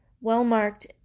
well-marked